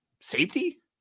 safety